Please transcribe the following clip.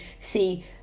see